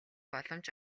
боломж